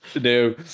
No